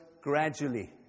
gradually